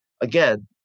again